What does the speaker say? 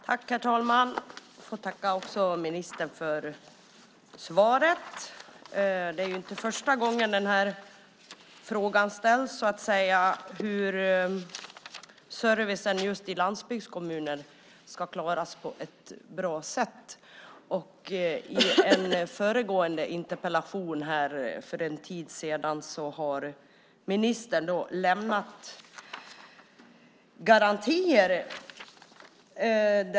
Herr talman! Jag får tacka ministern för svaret. Det är inte första gången den här frågan ställs om hur servicen i landsbygdskommuner ska klaras på ett bra sätt. I en föregående interpellationsdebatt för en tid sedan har ministern lämnat garantier.